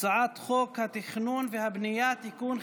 הצעת חוק התכנון והבנייה (תיקון,